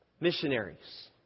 Missionaries